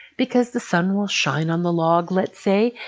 because the sun will shine on the log, let's say.